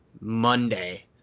Monday